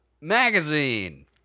Magazine